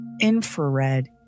infrared